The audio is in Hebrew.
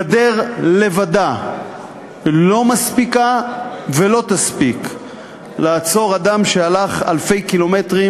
גדר לבדה לא מספיקה ולא תספיק לעצור אדם שהלך אלפי קילומטרים,